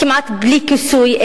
כמעט בלי כיסוי,